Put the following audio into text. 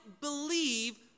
believe